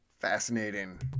Fascinating